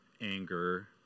anger